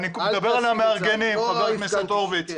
אני מדבר על המארגנים, חבר הכנסת הורוביץ.